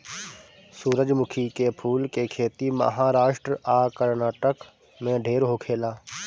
सूरजमुखी के फूल के खेती महाराष्ट्र आ कर्नाटक में ढेर होखेला